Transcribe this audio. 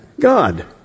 God